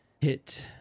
hit